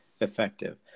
effective